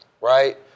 Right